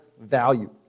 value